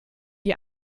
die